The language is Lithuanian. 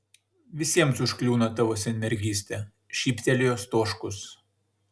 visiems užkliūna tavo senmergystė šyptelėjo stoškus